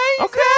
Okay